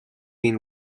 been